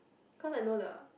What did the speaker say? cause I know the